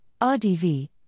RDV